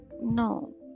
No